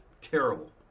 terrible